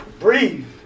breathe